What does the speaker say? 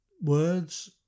words